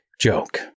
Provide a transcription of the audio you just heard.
joke